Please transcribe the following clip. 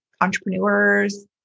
entrepreneurs